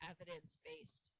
evidence-based